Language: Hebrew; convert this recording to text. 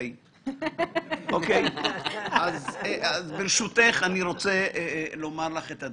האם נראה לך, למרות כל